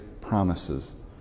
promises